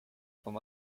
from